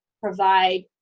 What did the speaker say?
provide